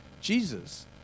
Jesus